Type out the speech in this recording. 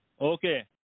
Okay